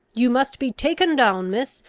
you must be taken down, miss.